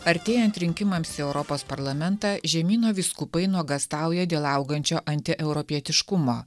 artėjant rinkimams į europos parlamentą žemyno vyskupai nuogąstauja dėl augančio antieuropietiškumo